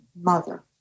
mother